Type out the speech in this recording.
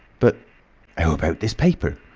but how about this paper?